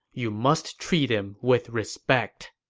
you must treat him with respect.